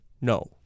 No